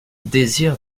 désir